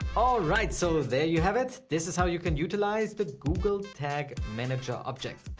all right. so there you have it. this is how you can utilize the google tag manager object.